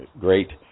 great